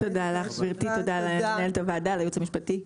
תודה רבה למנהלת הוועדה ולייעוץ המשפטי.